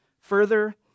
further